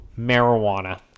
marijuana